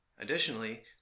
Additionally